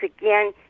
again